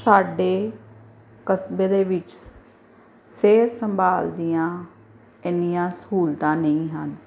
ਸਾਡੇ ਕਸਬੇ ਦੇ ਵਿੱਚ ਸਿਹਤ ਸੰਭਾਲ ਦੀਆਂ ਇੰਨੀਆਂ ਸਹੂਲਤਾਂ ਨਹੀਂ ਹਨ